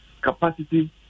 capacity